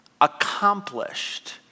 accomplished